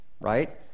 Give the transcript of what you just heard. right